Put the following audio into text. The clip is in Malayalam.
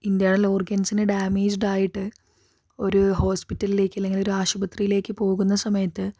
ഇൻ്റെർണൽ ഓർഗൻസിന് ഡാമേജ്ഡ് ആയിട്ട് ഒരു ഹോസ്പിറ്റലിലേക്ക് അല്ലങ്കിൽ ആശുപത്രിയിലേക്ക് പോകുന്ന സമയത്ത്